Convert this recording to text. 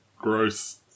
gross